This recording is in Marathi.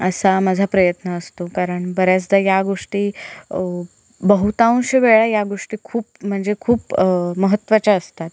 असा माझा प्रयत्न असतो कारण बऱ्याचदा या गोष्टी बहुतांश वेळा या गोष्टी खूप म्हणजे खूप महत्त्वाच्या असतात